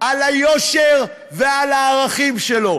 על היושר ועל הערכים שלו.